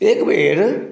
एकबेर